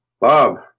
Bob